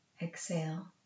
Exhale